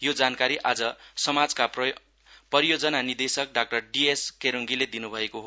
यो जानकारी आज समाजका परियोजना निदेशक डाक्टर डिएस कोरोङगीले दिनुभएको हो